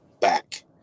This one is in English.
back